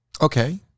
Okay